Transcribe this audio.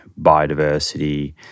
biodiversity